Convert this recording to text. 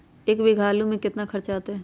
एक बीघा आलू में केतना खर्चा अतै?